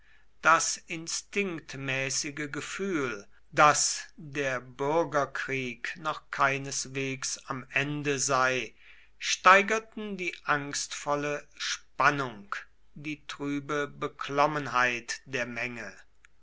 das instinktmäßige gefühl daß der bürgerkrieg noch keineswegs am ende sei steigerten die angstvolle spannung die trübe beklommenheit der menge